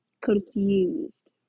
confused